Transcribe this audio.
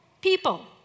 People